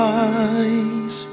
eyes